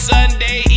Sunday